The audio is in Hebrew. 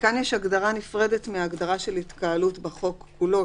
כאן יש הגדרה נפרדת מההגדרה של התקהלות בחוק כולו,